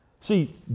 See